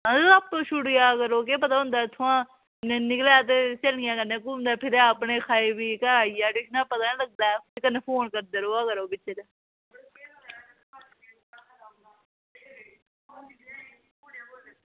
ओह् आपूं छुड़ेआ केह् होंदा अगर इत्थुआं निकले ते स्हेलियें कन्नै घुम्मे फिरे ते अपने खाई पीऽ घरा गी आई जा पता निं लग्गै ते कन्नै फोन करदे रवा करो बिच बिच